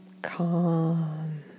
calm